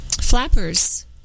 Flappers